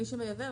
מי שמייבא.